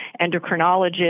endocrinologist